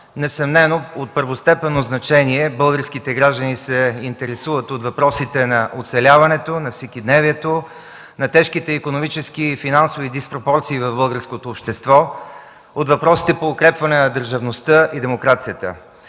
несъмнено от първостепенно значение. Българските граждани се интересуват от въпросите на оцеляването, на всекидневието, от тежките икономически и финансови диспропорции в българското общество, от въпросите по укрепването на държавността и демокрацията.